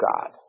God